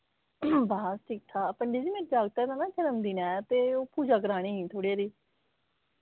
बस ठीक ठाक पंडित जी मेरे जागते दा ना जनमदिन ऐ ते ओह् पूजा करानी ही थोह्ड़ी हारी